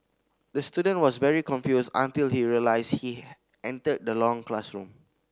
the student was very confused until he realised he entered the long classroom